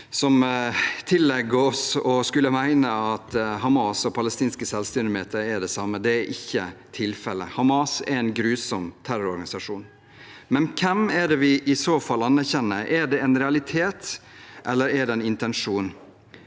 noen tillegger oss å skulle mene at Hamas og palestinske selvstyremyndigheter er det samme: Det er ikke tilfellet. Hamas er en grusom terrororganisasjon. Men hvem er det vi i så fall anerkjenner? Er det en realitet, eller er det en intensjon?